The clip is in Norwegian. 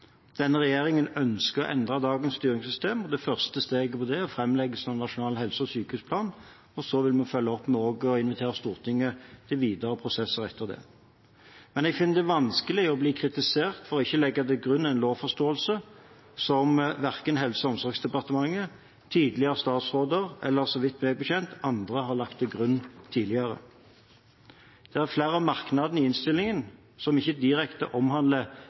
Denne regjeringen ønsker å endre dagens styringssystem, og det første steget i det er framleggelsen av en nasjonal helse- og sykehusplan. Så vil vi følge opp med også å invitere Stortinget til videre prosesser etter det. Men jeg finner det vanskelig å bli kritisert for å legge til grunn en lovforståelse som verken Helse- og omsorgsdepartementet, tidligere statsråder eller, så vidt jeg vet, andre har lagt til grunn tidligere. Det er flere av merknadene i innstillingen som ikke direkte omhandler